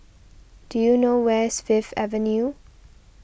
do you know where is Fifth Avenue